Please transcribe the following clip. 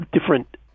different